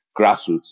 grassroots